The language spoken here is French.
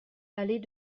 allée